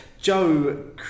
Joe